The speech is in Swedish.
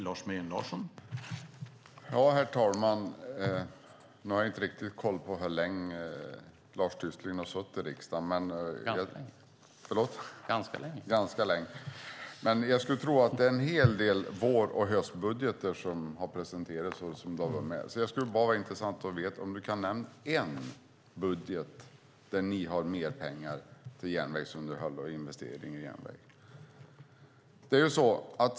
Herr talman! Jag har inte riktigt koll på hur länge Lars Tysklind har suttit i riksdagen, men jag tror att han har varit med om en hel del vår och höstbudgetar. Kan Lars Tysklind nämna en budget där ni har haft mer pengar till järnvägsunderhåll och investering i järnväg?